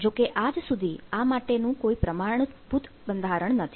જો કે આજ સુધી આ માટેનું કોઈ પ્રમાણભૂત બંધારણ નથી